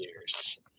years